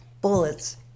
bullets